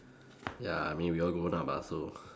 ya I mean we all grown up ah so